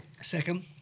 Second